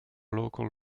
local